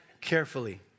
carefully